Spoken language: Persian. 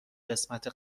قسمت